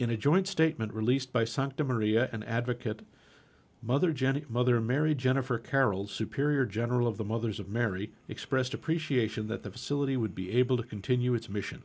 in a joint statement released by sancta maria and advocate mother janet mother mary jennifer carroll's superior general of the mothers of mary expressed appreciation that the facility would be able to continue its mission